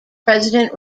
president